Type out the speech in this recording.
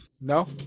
No